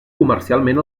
comercialment